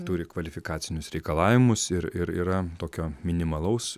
turi kvalifikacinius reikalavimus ir ir yra tokio minimalaus